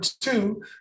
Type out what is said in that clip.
two